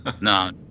No